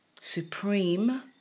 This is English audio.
supreme